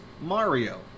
Mario